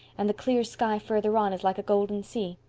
and the clear sky further on is like a golden sea.